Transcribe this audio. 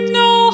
no